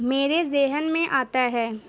میرے ذہن میں آتا ہے